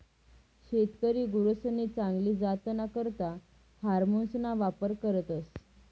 शेतकरी गुरसनी चांगली जातना करता हार्मोन्सना वापर करतस